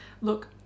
look